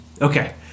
Okay